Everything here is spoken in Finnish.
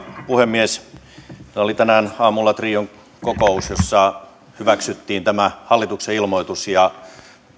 puhemies meillä oli tänään aamulla trion kokous jossa hyväksyttiin tämä hallituksen ilmoitus